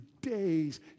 days